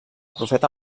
profeta